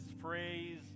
phrase